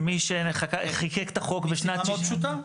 מסיבה מאוד פשוטה,